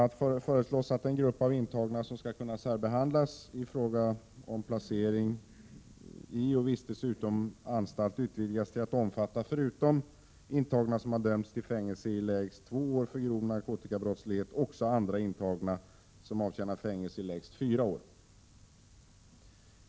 a. föreslås att den grupp av intagna som skall kunna särbehandlas i fråga om placering i och vistelse utom anstalt utvidgas till att omfatta förutom intagna som har dömts till fängelse i lägst två år för grova narkotikabrott också andra intagna som avtjänar fängelsestraff i lägst fyra år.